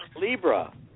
Libra